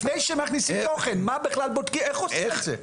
לפני שמכניסים תוכן, מה בודקים, איך עושים את זה?